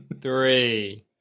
three